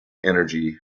energy